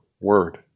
word